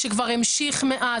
שכבר המשיך מאז.